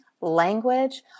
language